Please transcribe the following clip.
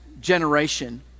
generation